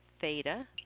theta